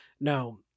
Now